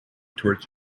torch